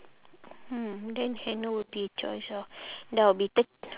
mm then henna will be choice ah that will be thir~